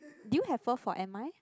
do you have forth for M_I